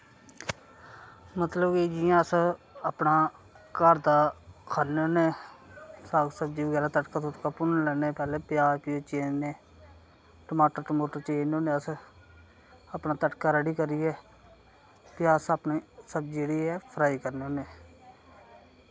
मतलब कि जि'यां अस अपने घर दा खन्ने न साग सब्ज़ी बगैरा तड़का भुन्नने पैह्लें प्याज़ चीरने टमाटर चीरने होन्ने अस अपना तड़का रेडी करियै भी अस अपना सब्ज़ी जेह्ड़ी ऐ फ्राई करने होन्ने आं